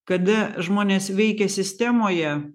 kada žmonės veikia sistemoje